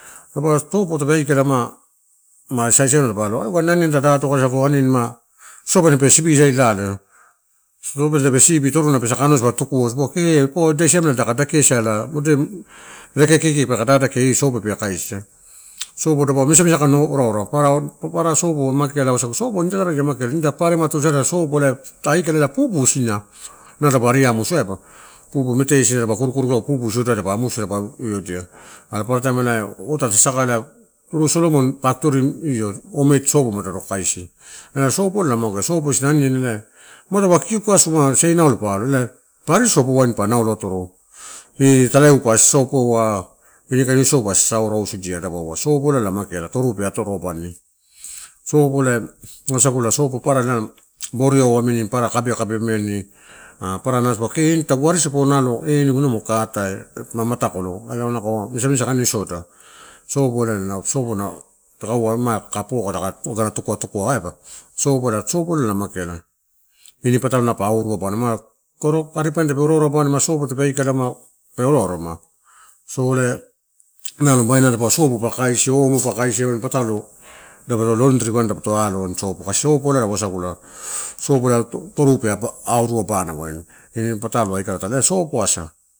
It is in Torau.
Dapaua sopo tape aikala ma, masaisekain siamela apa aloa, alogani aniani tada atako sada, sosopene pe sibisaisala, sosopene tape sibi toruna pe saka ma, anua tadipa torio dipa tukuo, dipaua kee pua ida siamela taka dakiaisala. Mode reke kiki peke dadakia io sopo pe kaisia. Sopo dapaua misa misa kain ora ora. Papa papara sopo mageala wasagu, sopo ini tara taradia ia mageala. Nida paparemai tuisada sopo ela tarukala ela pupu isina nalo dapa ari amusi aiba. Pupu mete isina dapa kurikuria lago dapa ari amusi are urudia. Are paparataim ota tape saka ma ela solomon factory eio home made soap mada ro kaisi. Ela sopolama na sopo na mageala aniani pa alo elai pa arisopo wain pa naulo atoro. Kee talaeu pa sosopoa inikain isou pa sasaurau sia ela dapaua. Sopolala na mageala troupe atoro abani. Ela wasagula, sopo papara boriau amini, papara kabekabe amini, ah papara nalo dipaua kee tagu ari sopo eh nalo magukatai eh mamatakolo ela nalo kaua misamisa kaini isoda. Sopo ela na, sopo na takaua aiba. Sopolala na mageala ini patalomapa auru abana tape aikala pe oraorama, so ela babaina nalo dapaua sopo pa kaisi omopakaisi wain patalo, laundry dapato alo kasi sosopala wasagu sopo toru auru abana waini ini patalo aika taulo ela sopo asa.